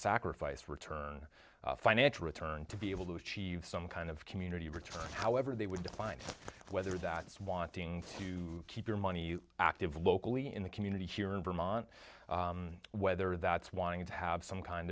sacrifice return financial return to be able to achieve some kind of community return however they would define whether that's wanting to keep your money active locally in the community here in vermont whether that's wanting to have some kind